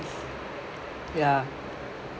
ya